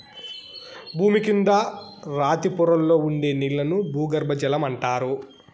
భూమి కింద రాతి పొరల్లో ఉండే నీళ్ళను భూగర్బజలం అంటారు